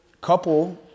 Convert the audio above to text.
couple